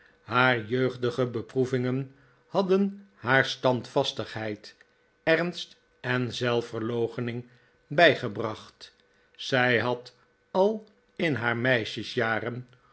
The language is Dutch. haar jeugdige beproevingen hadden haar standvastigheid ernst en zelfverloochening bijgebracht zij had al in haar meisjesjaren